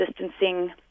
distancing